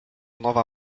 nowa